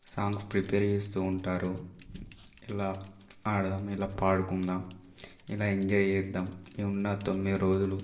songs prepare చేస్తూ ఉంటారు ఎలా ఆడదాం ఎలా పాడుకుందాం ఎలా ఎంజాయ్ చేద్దాం ఈ ఉన్న తొమ్మిది రోజులు